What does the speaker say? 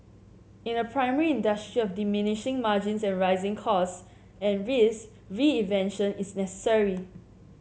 in a primary industry of diminishing margins and rising cost and risk reinvention is necessary